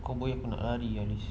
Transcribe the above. kau boleh aku nak lari ah liz